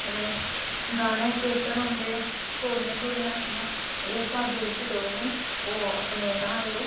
अते गाने कीर्तन होदे घोड़ियां शोड़ियां होंदियां अते इस स्हाबै जेह्के लोग न ओह् अपने तां दे ओह्